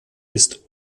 ist